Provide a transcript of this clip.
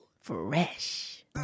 Fresh